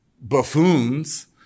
buffoons